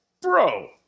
Bro